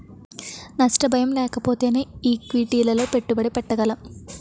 నష్ట భయం లేకపోతేనే ఈక్విటీలలో పెట్టుబడి పెట్టగలం